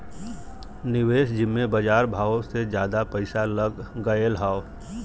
निवेस जिम्मे बजार भावो से जादा पइसा लग गएल हौ